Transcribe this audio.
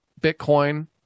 Bitcoin